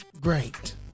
Great